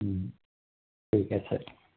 ঠিক আছে